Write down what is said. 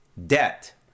debt